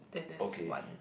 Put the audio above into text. okay